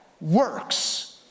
works